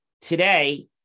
Today